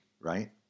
right